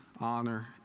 honor